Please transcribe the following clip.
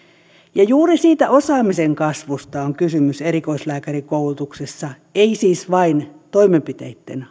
ja juuri siitä osaamisen kasvusta on kysymys erikoislääkärikoulutuksessa ei siis vain toimenpiteitten